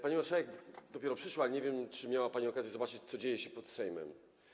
Pani marszałek dopiero przyszła, nie wiem, czy miała pani okazję zobaczyć, co dzieje się pod Sejmem.